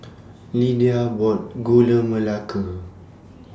Lidia bought Gula Melaka